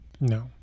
No